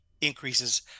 increases